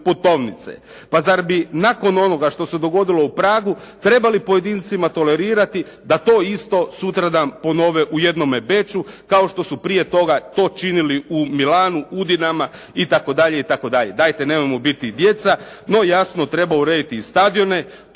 Pa zar bi nakon onoga što se dogodilo u Pragu trebali pojedincima tolerirati da to isto sutradan ponove u jednome Beču kao što su prije toga to činili u Milanu, Udinama itd. itd. Dajte nemojmo biti djeca. No jasno, treba urediti i stadione.